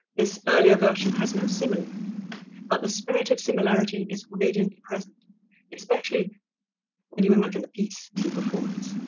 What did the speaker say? this earlier version has no simile but the spirit of similarity is radiantly present especially when you imagine the piece in performance.